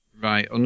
Right